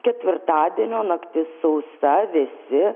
ketvirtadienio naktis sausa vėsi